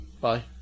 Bye